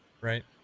right